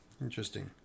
interesting